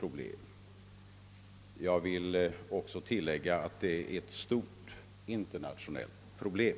Jag vill tillägga att det också är ett stort internationellt problem.